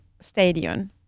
stadium